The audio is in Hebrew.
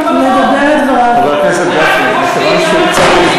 חבר הכנסת גפני, בבקשה לתת